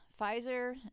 Pfizer